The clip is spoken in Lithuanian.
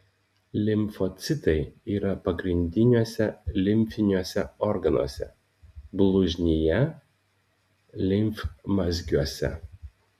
limfocitai yra pagrindiniuose limfiniuose organuose blužnyje limfmazgiuose